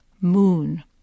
moon